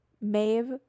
Maeve